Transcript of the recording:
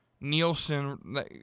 Nielsen